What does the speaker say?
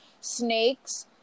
snakes